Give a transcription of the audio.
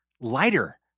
lighter